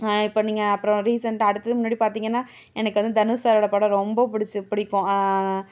இப்போ நீங்கள் அப்புறம் ரீசென்ட்டாக அடுத்தது முன்னாடி பார்த்திங்கன்னா எனக்கு வந்து தனுஸ் சாரோடய படம் ரொம்ப பிடிச்சி பிடிக்கும்